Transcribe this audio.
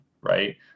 right